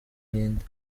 buhinde